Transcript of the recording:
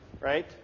Right